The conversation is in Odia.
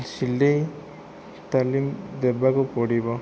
ସିଲାଇ ତାଲିମ ଦେବାକୁ ପଡ଼ିବ